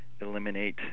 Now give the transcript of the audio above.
eliminate